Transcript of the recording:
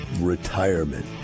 retirement